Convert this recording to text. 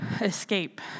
escape